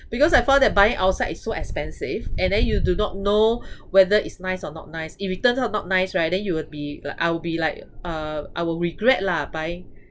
because I found that buying outside is so expensive and then you do not know whether it's nice or not nice if it turn out not nice right then you would be like I'll be like uh I will regret lah buying